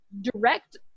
direct